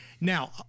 Now